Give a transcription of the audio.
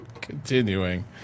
continuing